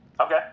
Okay